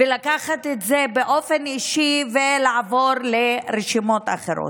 לקחת את זה באופן אישי ולעבור לרשימות אחרות.